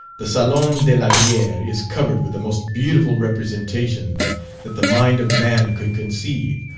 the salon de la guerre is covered with the most beautiful representations that the mind of man could conceive,